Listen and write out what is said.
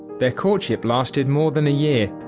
their courtship lasted more than a year,